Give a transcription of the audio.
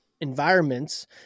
environments